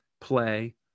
play